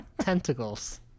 Tentacles